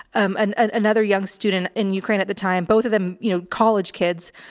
um and another young student in ukraine at the time, both of them, you know, college kids,